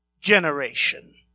generation